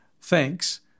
Thanks